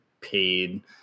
paid